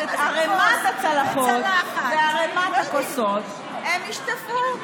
אז את ערמת הצלחות וערמת הכוסות הם ישטפו.